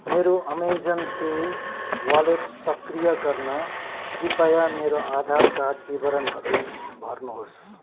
मेरो Amazon Pay wallet सक्रिय गर्न कृपया मेरो आधार कार्ड विवरणहरू भर्नुहोस्